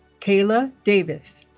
kayla davis